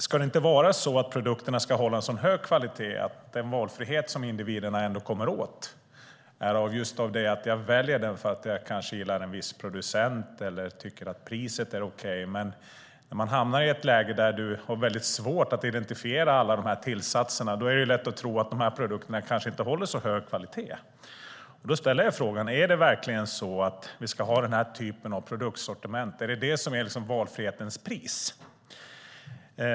Ska det inte vara så att produkterna håller en så hög kvalitet att den valfrihet som individerna kommer åt är just den att jag väljer den här produkten för att jag gillar en viss producent eller tycker att priset är okej? Men när man hamnar i ett läge där man har svårt att identifiera alla tillsatser är det lätt att tro att produkterna kanske inte håller så hög kvalitet. Då ställer jag frågan: Ska vi verkligen ha den här typen av produktsortiment? Är det valfrihetens pris?